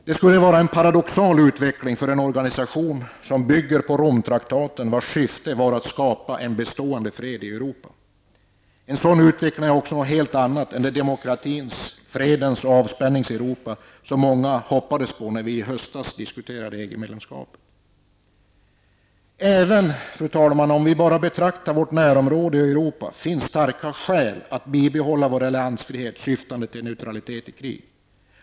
Det skulle vara en paradoxal utveckling för en organisation som bygger på Romtraktaten, vars syfte var att skapa en bestående fred i Europa. En sådan utveckling är också något helt annat än det demokratins, fredens och avspänningens Europa som många hoppades på när vi i höstas diskuterade frågan om EG Även om det bara gäller vårt närområde och Europa finns det starka skäl att bibehålla vår alliansfrihet syftande till neutralitet i krig.